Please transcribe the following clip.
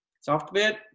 Software